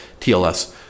TLS